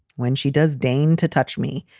when she does deign to touch me,